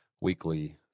weekly